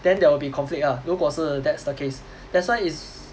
then there will be conflict ah 如果是 that's the case that's why it's